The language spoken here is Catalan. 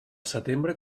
setembre